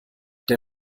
der